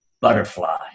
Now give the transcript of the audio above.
butterfly